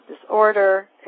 disorder